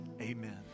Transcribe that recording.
Amen